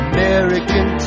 American